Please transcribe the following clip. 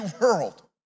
world